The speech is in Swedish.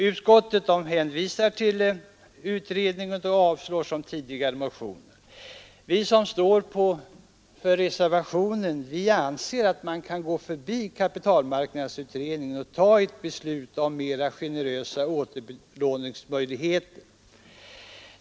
Utskottet hänvisar till utredningen och avstyrker som tidigare motionerna. Vi som står för reservationen anser att man kan gå förbi kapitalmarknadsutredningen och fatta ett beslut om mera generösa återlånemöjligheter.